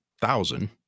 thousand